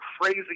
crazy